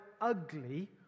ugly